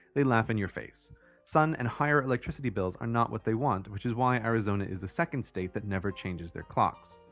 they laugh in your face. more sun and higher electricity bills are not what they want which is why arizona is the second state that never changes their clocks.